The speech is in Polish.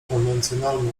konwencjonalno